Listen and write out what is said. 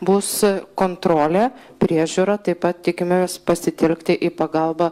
bus kontrolė priežiūra taip pat tikimės pasitelkti į pagalbą